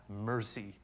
mercy